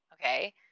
Okay